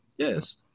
Yes